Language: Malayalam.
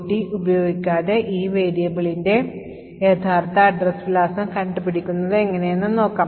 GOT ഉപയോഗിക്കാതെ ഈ വേരിയബിളിന്റെ യഥാർത്ഥ address വിലാസം കണ്ടു പിടിക്കുന്നത് എങ്ങിനെയെന്നു നോക്കാം